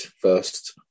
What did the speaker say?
first